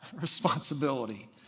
responsibility